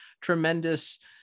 tremendous